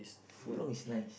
foot long is nice